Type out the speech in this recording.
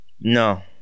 No